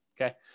Okay